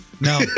No